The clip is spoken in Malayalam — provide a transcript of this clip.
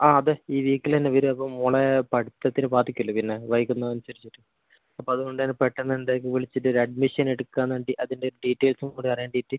ആ അതെ ഈ വീക്കിൽ തന്നെ വരും അപ്പം മോളെ പഠിത്തത്തിനെ ബാധിക്കില്ലേ പിന്നെ വൈകുന്നത് അനുസരിച്ചിട്ട് അപ്പം അതുകൊണ്ട് അത് പെട്ടെന്ന് എന്തായാലും വിളിച്ചിട്ട് ഒരു അഡ്മിഷൻ എടുക്കാൻ വേണ്ടി അതിന്റെ ഡീറ്റെയിൽസും കൂടെ അറിയണ്ടീറ്റ്